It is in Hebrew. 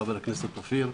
חבר הכנסת אופיר.